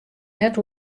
net